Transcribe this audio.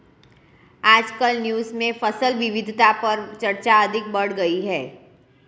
आजकल न्यूज़ में फसल विविधता पर चर्चा अधिक बढ़ गयी है